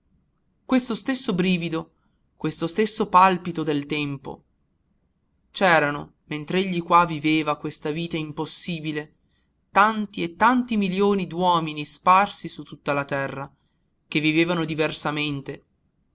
questo stesso brivido questo stesso palpito del tempo c'erano mentr'egli qua viveva questa vita impossibile tanti e tanti milioni d'uomini sparsi su tutta la terra che vivevano diversamente